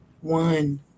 one